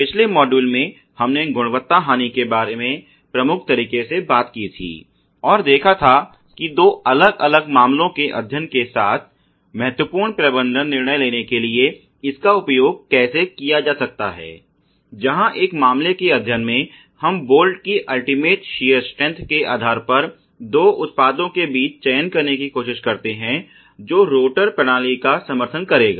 पिछले मॉड्यूल में हमने गुणवत्ता हानि के बारे में प्रमुख तरीके से बात की थी और देखा था कि दो अलग अलग मामलों के अध्ययन के साथ महत्वपूर्ण प्रबंधन निर्णय लेने के लिए इसका उपयोग कैसे किया जा सकता है जहां एक मामले के अध्ययन में हम बोल्ट की अल्टिमेट शियर स्ट्रेन्थ के आधार पर दो उत्पादों के बीच चयन करने की कोशिश करते हैं जो रोटर प्रणाली का समर्थन करेगा